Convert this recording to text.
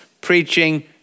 preaching